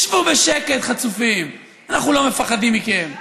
שבו בשקט, חצופים, אנחנו לא מפחדים מכם.